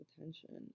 attention